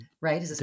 right